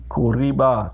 Kuriba